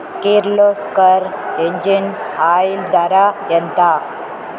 Kirloskar engine oil ధర ఎంత?